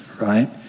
Right